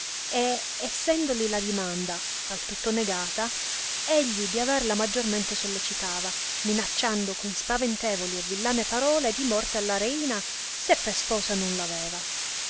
e essendoli la dimanda al tutto negata egli di averla maggiormente sollecitava minacciando con spaventevoli e villane parole di morte alla reina se per sposa non